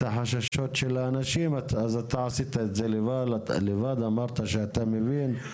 החששות של האנשים אבל אתה אמרת לבד שאתה מבין.